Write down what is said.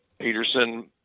Peterson